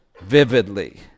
vividly